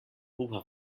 bufa